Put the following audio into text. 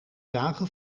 dagen